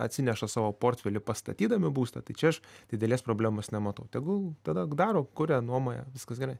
atsineša savo portfelį pastatydami būstą tai čia aš didelės problemos nematau tegul tada daro kuria nuomoja viskas gerai